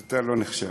אז אתה לא נחשב.